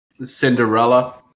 Cinderella